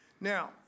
Now